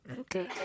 Okay